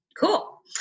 cool